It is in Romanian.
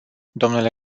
dle